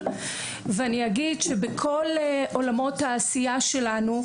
ואגיד שבכל עולמות העשייה שלנו,